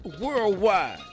worldwide